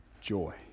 joy